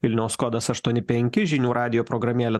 vilniaus kodas aštuoni penki žinių radijo programėlė